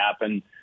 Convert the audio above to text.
happen